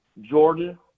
Jordan